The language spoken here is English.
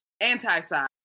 anti-side